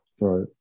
Right